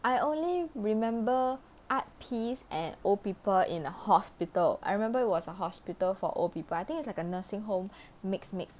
I only remember art piece at old people in a hospital I remember it was a hospital for old people I think it's like a nursing home mix mix